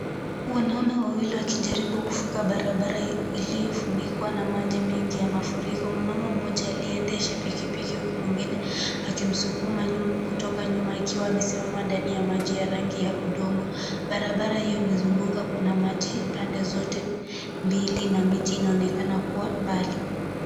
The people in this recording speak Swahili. Wanaume wawili wakijaribu kuvuka barabara iliyofunikwa na maji nyingi ya mafuriko, mwanamume moja aliyeendesha pikipiki huku mwingine akimsukuma kutoka nyuma akiwa amesimama ndani ya maji ya rangi ya udongo. Barabara hiyo imezunguka, kuna maji pande zote mbili na miti inaonekana kuwa mbali.